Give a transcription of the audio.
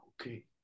okay